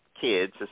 kids